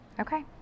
Okay